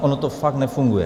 Ono to fakt nefunguje.